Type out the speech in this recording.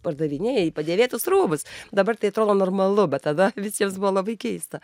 pardavinėji padėvėtus rūbus dabar tai atrodo normalu bet tada visiems buvo labai keista